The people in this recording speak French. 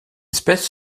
espèce